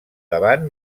davant